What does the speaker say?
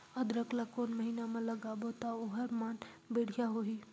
अदरक ला कोन महीना मा लगाबो ता ओहार मान बेडिया होही?